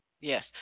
Yes